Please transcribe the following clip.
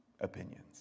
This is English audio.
opinions